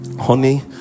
honey